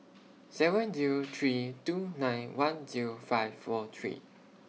seven Zero three two nine one Zero five four three